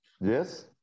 yes